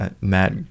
matt